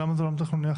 למה זה עולם תכנוני אחר?